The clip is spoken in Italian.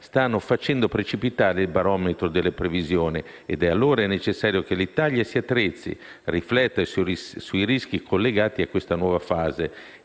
stanno facendo precipitare il barometro delle previsioni. E allora è necessario che l'Italia si attrezzi e rifletta sui rischi collegati a questa nuova fase